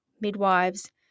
midwives